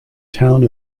town